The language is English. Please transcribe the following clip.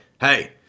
hey